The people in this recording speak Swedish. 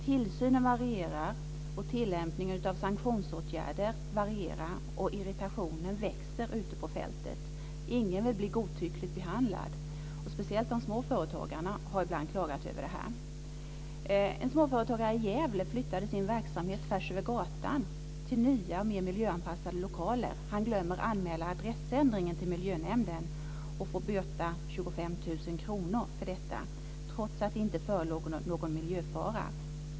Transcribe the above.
Tillsynen varierar, tillämpningen av sanktionsåtgärder varierar och irritationen växer ute på fältet. Ingen vill bli godtyckligt behandlad. Speciellt de små företagarna har ibland klagat över detta. En småföretagare i Gävle flyttade sin verksamhet tvärs över gatan till nya, mer miljöanpassade lokaler, men han glömde anmäla adressändringen till miljönämnden. Han fick böta 25 000 kr för detta, trots att det inte förelåg någon miljöfara.